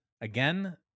again